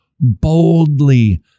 boldly